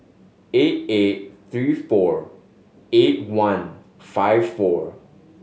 eight eight three four eight one five four